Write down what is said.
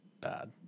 bad